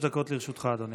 חמש דקות לרשותך, אדוני.